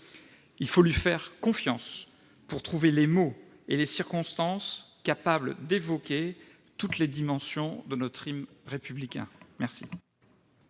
Il faut lui faire confiance pour trouver les mots et les circonstances les plus appropriés, afin d'évoquer toutes les dimensions de notre hymne républicain.